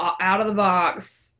out-of-the-box